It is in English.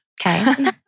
Okay